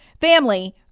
family